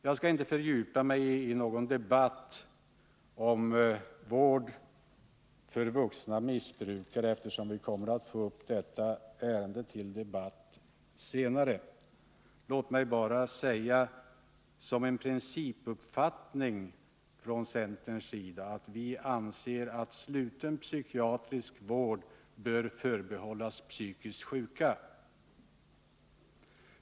Jag skall inte fördjupa mig i någon debatt om vård för vuxna missbrukare, eftersom detta ärende kommer upp senare. Låt mig bara som en principuppfattning från centerns sida säga att vi anser att sluten psykiatrisk vård bör förbehållas psykiskt sjuka.